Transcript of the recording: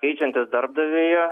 keičiantis darbdaviui